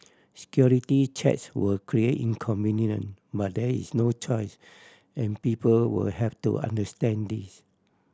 security checks will create inconvenience but there is no choice and people will have to understand this